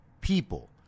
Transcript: people